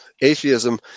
Atheism